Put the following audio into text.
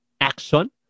Action